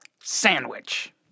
sandwich